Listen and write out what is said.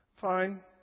Fine